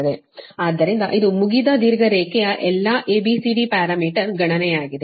ಆದ್ದರಿಂದ ಇದು ಮುಗಿದ ದೀರ್ಘ ರೇಖೆಯ ಎಲ್ಲಾ A B C D parameter ಗಣನೆಯಾಗಿದೆ